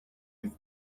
with